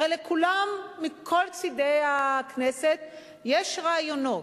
הרי לכולם, מכל צדי הכנסת, יש רעיונות.